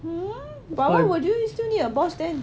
hmm but why would you still need a boss then